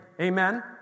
Amen